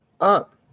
up